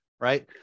right